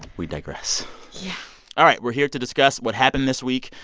we digress yeah all right. we're here to discuss what happened this week,